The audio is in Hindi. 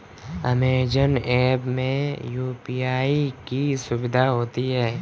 अमेजॉन ऐप में यू.पी.आई की सुविधा होती है